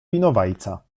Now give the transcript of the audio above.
winowajca